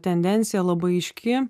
tendencija labai aiški